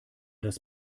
das